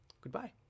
goodbye